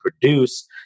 produce